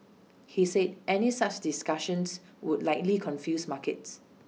he said any such discussions would likely confuse markets